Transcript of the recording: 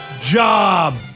job